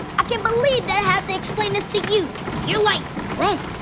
i can't believe that i have to explain this to you! you're like, grown!